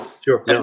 Sure